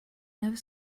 never